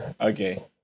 Okay